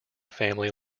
family